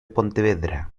pontevedra